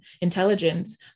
intelligence